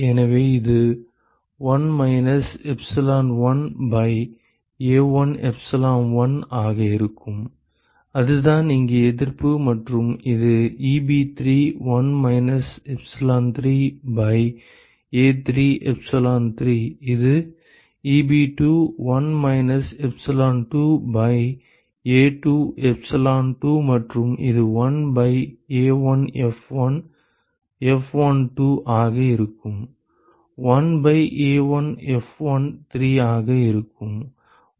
எனவே இது 1 minus epsilon1 by A1 epsilon1 ஆக இருக்கும் அதுதான் இங்கு எதிர்ப்பு மற்றும் இது Eb3 1 minus epsilon3 by A3 epsilon3 இது Eb2 1 minus epsilon2 by A2 epsilon2 மற்றும் இது 1 பை A1F1 F12 ஆக இருக்கும் 1 பை A1F13 ஆக இருக்கும்